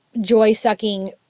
joy-sucking